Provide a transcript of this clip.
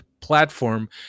platform